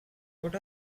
what